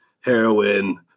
heroin